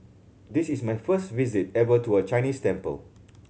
this is my first visit ever to a Chinese temple